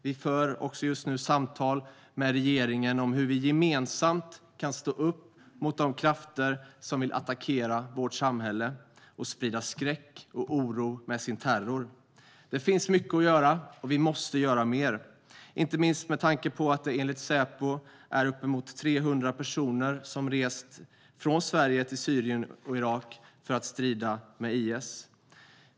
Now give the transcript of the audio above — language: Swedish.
Vi för just nu samtal med regeringen om hur vi gemensamt kan stå upp mot de krafter som vill attackera vårt samhälle och sprida skräck och oro med sin terror. Det finns mycket att göra, och vi måste göra mer, inte minst med tanke på att det enligt Säpo är uppemot 300 personer som rest från Sverige till Syrien och Irak för att strida med IS.